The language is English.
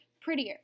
prettier